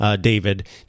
David